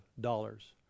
dollars